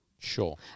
Sure